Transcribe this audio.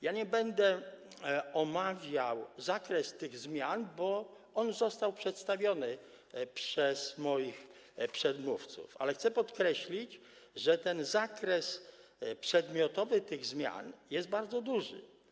Ja nie będę omawiał zakresu tych zmian, bo on został przedstawiony przez moich przedmówców, ale chcę podkreślić, że zakres przedmiotowy tych zmian jest bardzo duży.